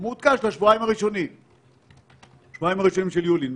זה הנתון המעודכן של השבועיים הראשונים של חודש יולי.